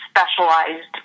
specialized